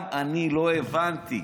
גם אני לא הבנתי.